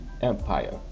Empire